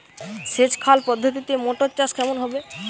সেচ খাল পদ্ধতিতে মটর চাষ কেমন হবে?